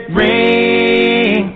ring